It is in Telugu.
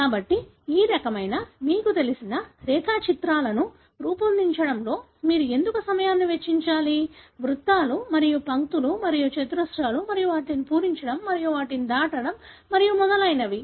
కాబట్టి ఈ రకమైన మీకు తెలిసిన రేఖాచిత్రాలను రూపొందించడంలో మీరు ఎందుకు సమయాన్ని వెచ్చించాలి వృత్తాలు మరియు పంక్తులు మరియు చతురస్రాలు మరియు వాటిని పూరించడం మరియు వాటిని దాటడం మరియు మొదలైనవి